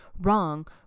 wrong